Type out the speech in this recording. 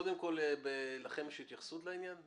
קודם כל לכם יש התייחסות לעניין?